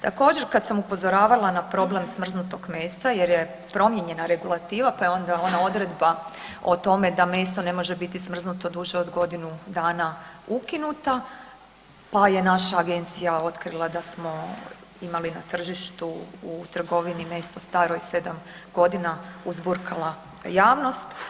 Također, kad sam upozoravala na problem smrznutog mesa jer je promijenjena regulativa pa je onda ona odredba o tome da meso ne može biti smrznuto duže od godinu dana ukinuta, pa je naša agencija otkrila da smo imali na tržištu u trgovini meso staro 7 godina uzburkala javnost.